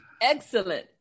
excellent